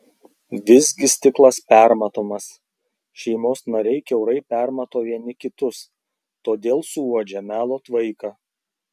visgi stiklas permatomas šeimos nariai kiaurai permato vieni kitus todėl suuodžia melo tvaiką